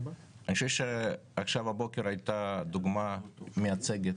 עכשיו בבוקר הייתה דוגמה מייצגת.